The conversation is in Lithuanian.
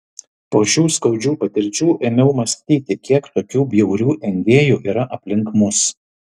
po šių skaudžių patirčių ėmiau mąstyti kiek tokių bjaurių engėjų yra aplink mus